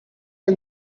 are